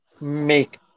make